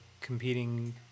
competing